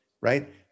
right